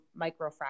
microfracture